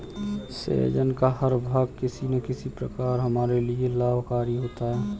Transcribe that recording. सहजन का हर भाग किसी न किसी प्रकार हमारे लिए लाभकारी होता है